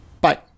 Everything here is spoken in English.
bye